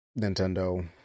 Nintendo